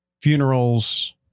funerals